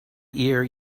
ear